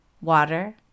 Water